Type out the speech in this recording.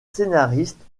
scénariste